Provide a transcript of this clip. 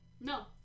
no